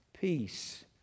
peace